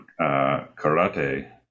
Karate